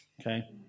okay